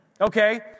Okay